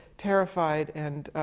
terrified and